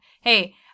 Hey